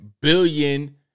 billion